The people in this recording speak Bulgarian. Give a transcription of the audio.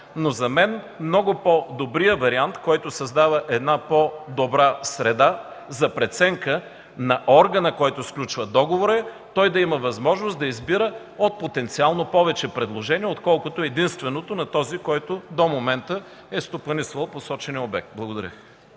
но за мен много по-добрият вариант, създаващ по-добра среда за преценка на органа, който сключва договора, е той да има възможност да избира от потенциално повече предложения, отколкото единственото – на този, който до момента стопанисва посочения обект. Благодаря